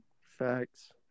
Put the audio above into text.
Facts